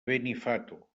benifato